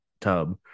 tub